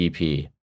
ep